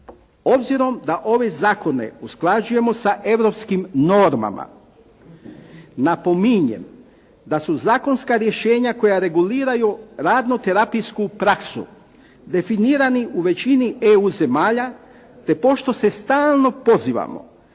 Obzirom da ove zakona usklađujemo sa europskim normama napominjem da su zakonska rješenja koja reguliraju radnu terapijsku praksu definirani u većini EU zemalja te pošto se stalno pozivamo